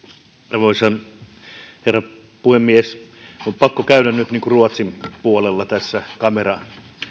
arvoisa herra puhemies on pakko käydä nyt ruotsin puolella tässä kamera